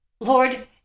Lord